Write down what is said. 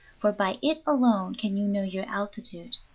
for by it alone can you know your altitude.